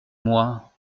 moi